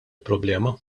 problema